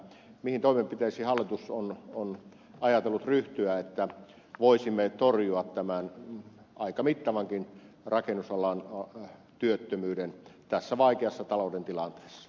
mihin toimenpiteisiin hallitus on ajatellut ryhtyä että voisimme torjua tämän aika mittavankin rakennusalan työttömyyden tässä vaikeassa talouden tilanteessa